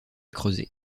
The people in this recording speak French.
creuser